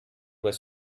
was